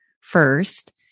first